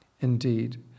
Indeed